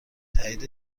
تایید